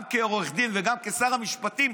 גם כעורך דין וגם כשר המשפטים,